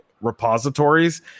repositories